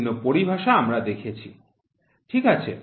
বিভিন্ন পরিভাষা আমরা দেখেছি ঠিক আছে